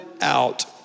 out